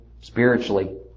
spiritually